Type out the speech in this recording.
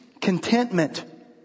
contentment